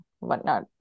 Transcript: whatnot